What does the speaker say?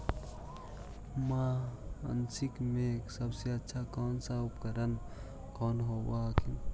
मसिनमा मे सबसे अच्छा कौन सा उपकरण कौन होब हखिन?